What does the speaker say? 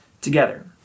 together